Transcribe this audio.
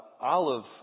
olive